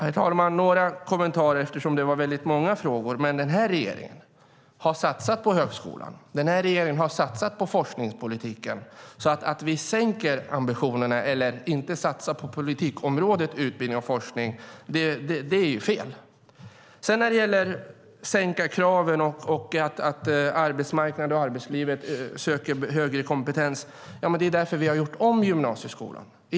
Herr talman! Jag ska komma med några kommentarer. Det var väldigt många frågor. Den här regeringen har satsat på högskolan. Den här regeringen har satsat på forskningspolitiken. Att vi skulle sänka ambitionerna eller inte satsa på politikområdet utbildning och forskning är fel. Sedan vill jag kommentera påståendena om att vi skulle sänka kraven samtidigt som arbetsmarknaden söker folk med högre kompetens. Det är därför vi har gjort om gymnasieskolan.